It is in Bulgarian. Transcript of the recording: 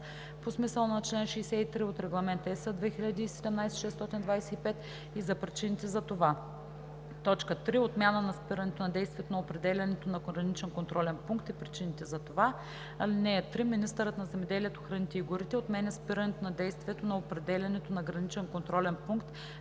по смисъла на чл. 63 от Регламент (EС) 2017/625 и за причините за това; 3. отмяна на спирането на действието на определянето на граничен контролен пункт и причините за това. (3) Министърът на земеделието, храните и горите отменя спирането на действието на определянето на граничен контролен пункт